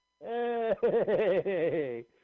Hey